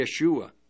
Yeshua